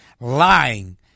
lying